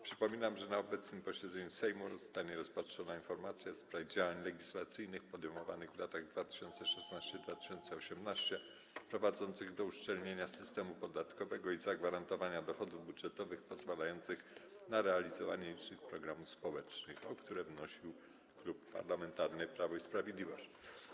Przypominam, że na obecnym posiedzeniu Sejmu zostanie rozpatrzona informacja w sprawie działań legislacyjnych podejmowanych w latach 2016–2018, prowadzących do uszczelnienia systemu podatkowego i zagwarantowania dochodów budżetowych pozwalających na realizowanie licznych programów społecznych, o którą wnosił Klub Parlamentarny Prawo i Sprawiedliwość.